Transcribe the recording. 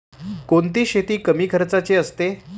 कोणती शेती कमी खर्चाची असते?